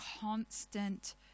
constant